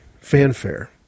fanfare